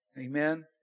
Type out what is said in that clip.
Amen